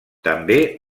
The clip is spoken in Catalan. també